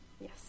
yes